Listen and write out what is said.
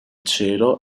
cielo